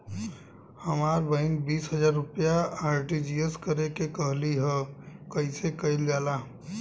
हमर बहिन बीस हजार रुपया आर.टी.जी.एस करे के कहली ह कईसे कईल जाला?